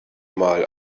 mal